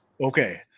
okay